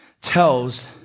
Tells